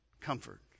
Comfort